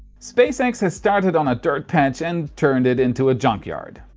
spacex has started on a dirt patch and turned it into a junk yard.